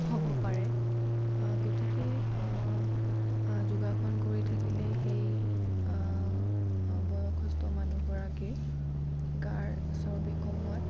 হ'ব পাৰে গতিকে যোগাসন কৰি থাকিলে সেই বয়সস্থ মানুহগৰাকীৰ গাৰ চৰ্বি কমোৱাত